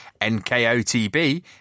NKOTB